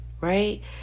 right